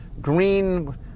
green